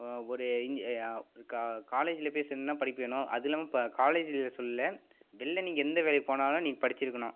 ஒரு இஞ் கா காலேஜில் போய் சேரணுன்னா படிப்பு வேணும் அது இல்லாமல் இப்போ காலேஜில் சொல்லல வெளில நீங்க எந்த வேலைக்கு போனாலும் நீங்கள் படிச்சுருக்கணும்